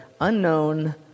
unknown